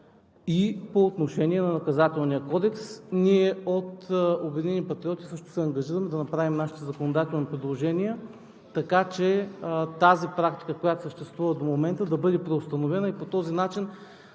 и по отношение на Наказателния кодекс. Ние от „Обединени патриоти“ също се ангажираме да направим нашите законодателни предложения, така че тази практика, която съществува до момента, да бъде преустановена и по този начин